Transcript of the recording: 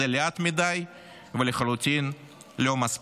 אך זה לאט מדי ולחלוטין לא מספיק.